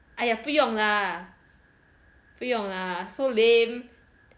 !aiya! 不用 lah 不用 lah so lame